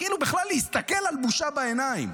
כאילו בכלל להסתכל על בושה בעיניים.